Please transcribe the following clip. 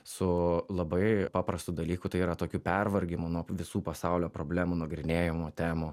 su labai paprastu dalyku tai yra tokiu pervargimu nuo visų pasaulio problemų nagrinėjimų temų